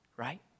Right